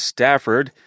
Stafford